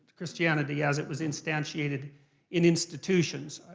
christianity as it was instantiated in institutions.